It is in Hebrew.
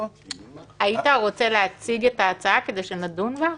היית רוצה להציג את ההצעה כדי שנדון בה?